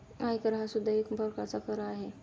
आयकर हा सुद्धा एक प्रकारचा कर आहे